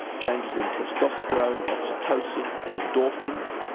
changes in testosterone, oxytocin and endorphins,